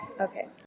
Okay